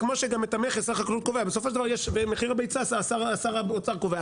כמו שגם את המכס שר החקלאות קובע ואת מחיר הביצה שר האוצר קובע.